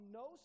no